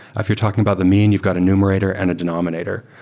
if you're talking about the main, you've got a numerator and a denominator.